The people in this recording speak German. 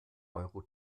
euro